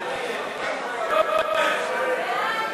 2015 ולשנת התקציב 2016,